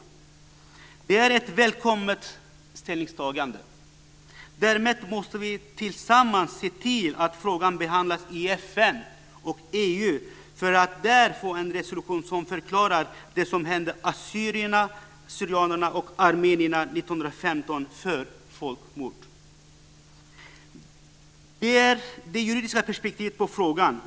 Det är ett välkommet ställningstagande. Därmed måste vi tillsammans se till att frågan behandlas i FN och EU för att där få en resolution som förklarar det som hände assyrierna/syrianerna och armenierna 1915 för folkmord. Det är det juridiska perspektivet på frågan.